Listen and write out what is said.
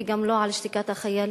וגם לא על שתיקת החיילים.